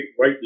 right